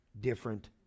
different